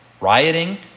rioting